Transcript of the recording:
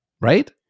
right